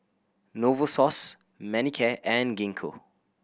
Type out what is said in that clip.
Novosource Manicare and Gingko